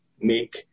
make